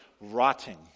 rotting